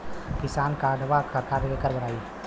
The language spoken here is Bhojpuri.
किसान कार्डवा सरकार केकर बनाई?